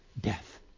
death